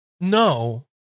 No